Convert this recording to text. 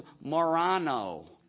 morano